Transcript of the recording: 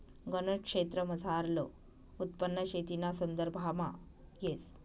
गनज क्षेत्रमझारलं उत्पन्न शेतीना संदर्भामा येस